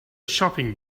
shopping